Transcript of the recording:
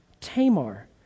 Tamar